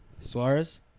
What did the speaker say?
Suarez